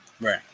right